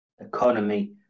economy